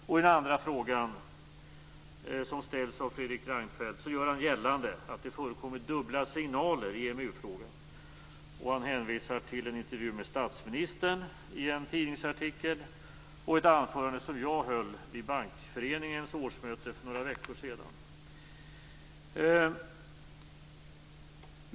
I den andra frågan gör Fredrik Reinfeldt gällande att det förekommer dubbla signaler i EMU-frågan. Han hänvisar till en intervju med statsministern i en tidningsartikel och ett anförande som jag höll vid Bankföreningens årsmöte för några veckor sedan.